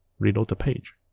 reload the page.